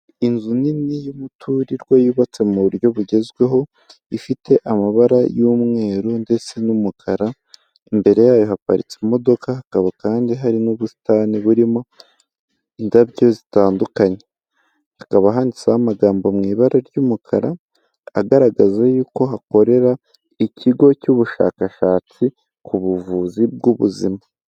Inzu nini y'umuturirwa yubatse mu buryo bugezweho, ifite amabara y'umweru ndetse n'umukara, imbere yayo haparitse imodoka, hakaba kandi hari n'ubusitani burimo indabyo zitandukanye, hakaba handitseho amagambo mu ibara ry'umukara agaragaza yuko hakorera ikigo cy'ubushakashatsi ku buvuzi bw'ubuzima.